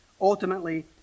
ultimately